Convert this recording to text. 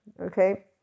Okay